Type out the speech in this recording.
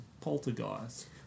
Poltergeist